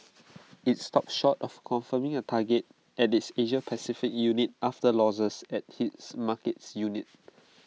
IT stopped short of confirming A target at its Asia Pacific unit after losses at its markets unit